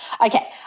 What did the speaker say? Okay